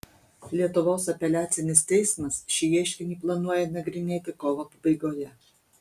lietuvos apeliacinis teismas šį ieškinį planuoja nagrinėti kovo pabaigoje